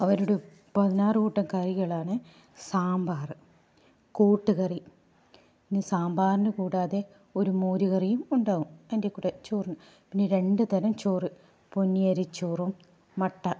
അവരുടെ പതിനാറ് കൂട്ടം കറികളാണ് സാമ്പാർ കൂട്ടുകറി ഇനി സാമ്പാറിന് കൂടാതെ ഒരു മോരുകറിയും ഉണ്ടാകും അതിൻ്റെ കൂടെ ചോറിന് പിന്നെ രണ്ടു തരം ചോറ് പൊന്നിയരി ചോറും മട്ട